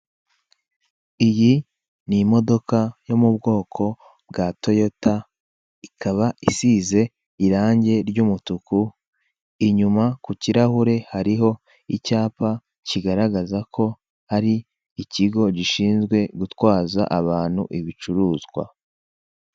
Iyi ni imodoka yo mu bwoko bwa Toyota, ikaba isize irange ry'umutuku; inyuma ku kirahure hariho icyapa kigaragaza ko ari ikigo gishinzwe gutwaza abantu ibicururuzwa.